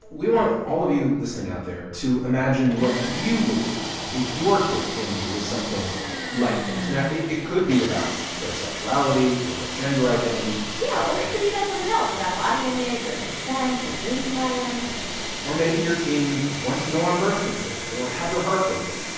we want all of you listening out there to imagine what you would do if your kid came to you with something like this. now, it it could be about their sexuality or their gender identity yeah, or it could be about something else about body image or consent or dating violence or maybe your teen wants to go on birth control or had their heart broken.